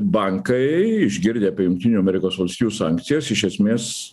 bankai išgirdę apie jungtinių amerikos valstijų sankcijas iš esmės